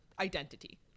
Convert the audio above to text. identity